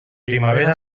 primavera